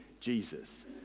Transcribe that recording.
Jesus